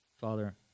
Father